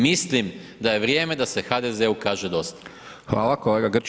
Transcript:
Mislim da je vrijeme da se HDZ-u kaže dosta.